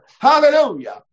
hallelujah